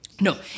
no